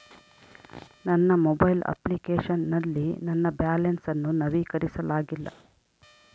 ನನ್ನ mobile application ನಲ್ಲಿ ನನ್ನ ಬ್ಯಾಲೆನ್ಸ್ ಅನ್ನು ನವೀಕರಿಸಲಾಗಿಲ್ಲ